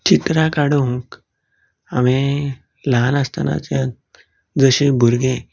चित्रा काडूंक हांवें ल्हान आसतानाच्यान जशें भुरगें